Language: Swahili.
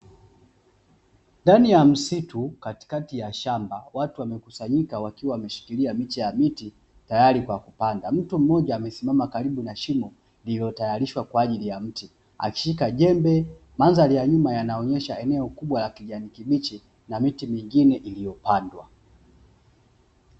Ndani ya msitu katikati ya shamba, watu wamekusanyika wakiwa wameshikilia miche ya miti, tayari kwa kupanda. Mtu mmoja amesimama karibu na shimo lililotayarishwa kwa ajili ya mti, akishika jembe. Mandhari ya nyuma yanaonyesha kijani kibichi na miti mingine iliyopandwa.